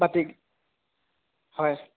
বাটি হয়